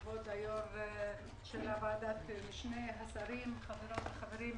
כבוד היו"ר של ועדת משנה, השרים, חברות וחברים.